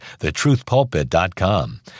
thetruthpulpit.com